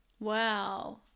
Wow